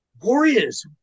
Warriors